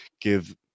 give